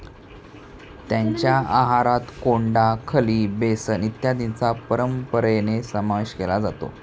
त्यांच्या आहारात कोंडा, खली, बेसन इत्यादींचा परंपरेने समावेश केला जातो